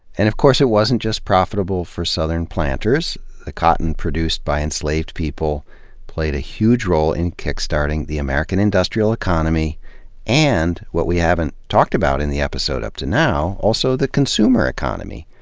and of course it wasn't just profitable for southern planters. the cotton produced by enslaved people played a huge role in kickstarting the american industrial economy and, what we haven't talked about in the episode up to now, the consumer economy.